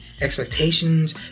expectations